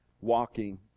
walking